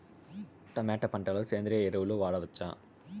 Tomato పంట లో సేంద్రియ ఎరువులు వాడవచ్చా?